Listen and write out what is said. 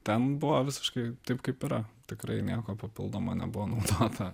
ten buvo visiškai taip kaip yra tikrai nieko papildomo nebuvo naudota